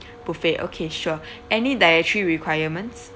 buffet okay sure any dietary requirements